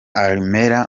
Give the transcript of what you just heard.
armel